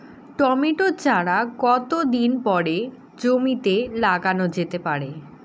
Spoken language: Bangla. টমেটো চারা কতো দিন পরে জমিতে লাগানো যেতে পারে?